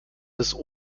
bis